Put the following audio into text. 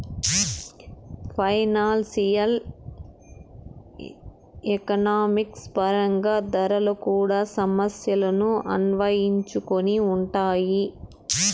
financial economics పరంగా ధరలు కూడా సమస్యలను అన్వయించుకొని ఉంటాయి